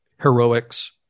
heroics